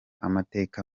amateka